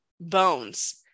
bones